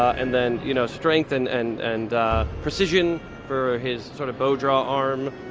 and then you know strength and and and prescission for his sort of bow draw arm.